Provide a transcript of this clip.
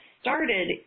started